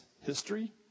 history